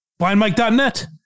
blindmike.net